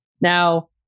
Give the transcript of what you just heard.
Now